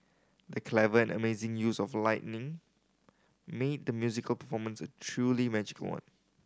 the clever and amazing use of lightning made the musical performance a truly magical one